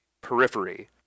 periphery